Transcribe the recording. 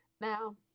Now